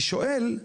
אז אני שואל,